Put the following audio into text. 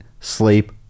sleep